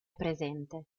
presente